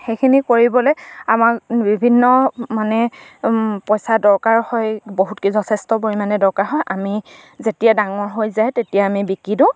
সেইখিনি কৰিবলে আমাক বিভিন্ন মানে পইচা দৰকাৰ হয় বহুত যথেষ্ট পৰিমাণে দৰকাৰ হয় আমি যেতিয়া ডাঙৰ হৈ যায় তেতিয়া আমি বিকি দিওঁ